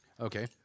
Okay